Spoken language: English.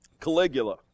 caligula